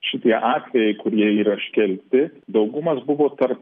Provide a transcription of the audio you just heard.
šitie atvejai kurie yra iškelti daugumas buvo tarp